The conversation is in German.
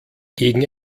gegen